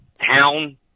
town